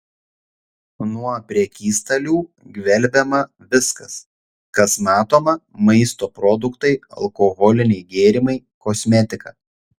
nuo prekystalių gvelbiama viskas kas matoma maisto produktai alkoholiniai gėrimai kosmetika